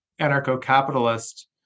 anarcho-capitalist